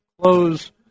Close